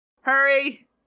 Hurry